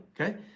okay